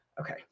Okay